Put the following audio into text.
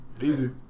easy